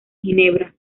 ginebra